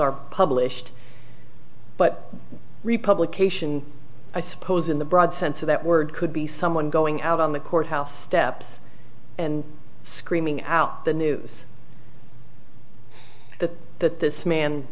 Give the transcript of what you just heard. are published but republication i suppose in the broad sense of that word could be someone going out on the courthouse steps and screaming out the news that that this man